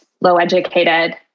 low-educated